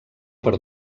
per